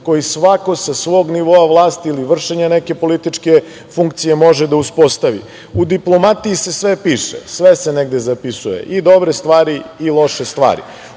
koji svako sa svog nivoa vlasti ili vršenja neke političke funkcije može da uspostavi.U diplomatiji se sve piše, sve se negde zapisuje, i dobre stvari i loše stvari.